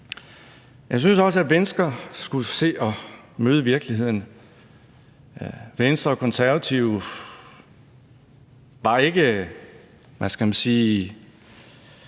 Jeg synes også, at Venstre skulle se at møde virkeligheden. Venstre og Konservative var ikke – hvad skal man sige